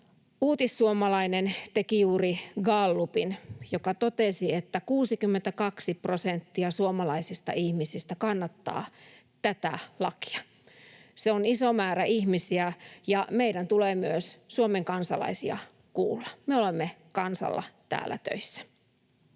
Uutissuomalainen teki juuri gallupin, joka totesi, että 62 prosenttia suomalaisista ihmisistä kannattaa tätä lakia. Se on iso määrä ihmisiä, ja meidän tulee myös Suomen kansalaisia kuulla. Me olemme täällä kansalla töissä.